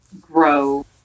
grow